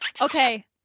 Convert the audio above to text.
Okay